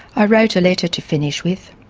i wrote a letter to finish with.